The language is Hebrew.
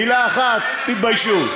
מילה אחת: תתביישו.